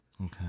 Okay